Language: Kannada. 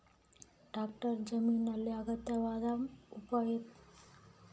ಟ್ರಾಕ್ಟರ್ ಜಮೀನಿನಲ್ಲಿ ಅಗತ್ಯವಾದ ಯಂತ್ರೋಪಕರಣಗುಳಗ ಒಂದಾಗಿದೆ ಮಚ್ಚು ಕೊಡಲಿ ಸಲಿಕೆ ಗುದ್ದಲಿ ಸೇರ್ಯಾವ